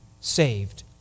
saved